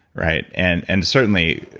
right? and and certainly,